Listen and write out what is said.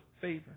favor